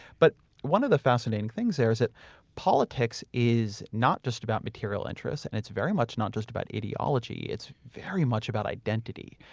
but one of the fascinating things there is that politics is not just about material interests and it's very much not just about ideology. it's very much about identity.